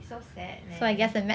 it's so sad man